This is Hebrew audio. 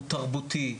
הוא תרבותי,